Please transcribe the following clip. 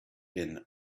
been